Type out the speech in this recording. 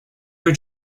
your